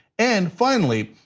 and finally,